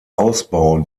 ausbau